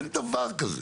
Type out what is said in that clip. אין דבר כזה.